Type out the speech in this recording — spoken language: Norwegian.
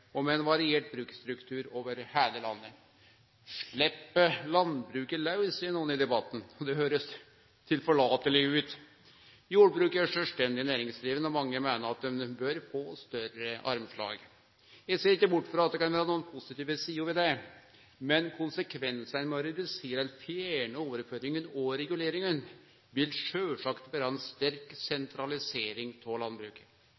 og med ein variert bruksstruktur over heile landet. Slepp landbruket laus, seier nokon i debatten. Det høyrest tilforlateleg ut. Jordbrukarar er sjølvstendig næringsdrivande, og mange meiner at dei bør få større armslag. Eg ser ikkje bort frå at det kan vere nokre positive sider ved det, men konsekvensane av å redusere eller fjerne overføringane og reguleringane ville sjølvsagt vere ei sterk sentralisering av landbruket.